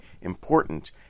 important